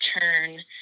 turn